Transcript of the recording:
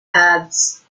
has